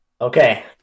Okay